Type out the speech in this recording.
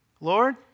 Lord